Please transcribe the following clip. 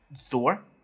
Thor